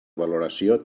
valoració